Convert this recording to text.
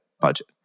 budget